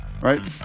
right